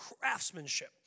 craftsmanship